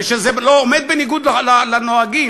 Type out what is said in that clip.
וזה עומד בניגוד לנוהג,